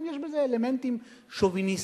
יש בזה אלמנטים שוביניסטיים.